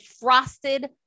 frosted